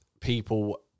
people